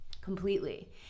completely